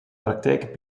praktijk